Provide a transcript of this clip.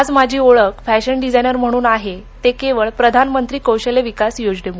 आज माझी ओळख फश्चिन डिझायनर म्हणून आहे ते केवळ प्रधानमंत्री कौशल्य विकास योजनेमुळे